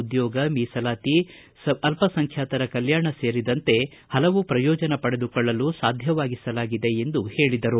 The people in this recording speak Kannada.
ಉದ್ಯೋಗ ಮೀಸಲಾತಿ ಅಲ್ಪಸಂಖ್ಯಾತರ ಕಲ್ಕಾಣ ಸೇರಿದಂತೆ ಹಲವು ಪ್ರಯೋಜನ ಪಡೆದುಕೊಳ್ಳಲು ಸಾಧ್ಯವಾಗಿಸಲಾಗಿದೆ ಎಂದು ಹೇಳಿದರು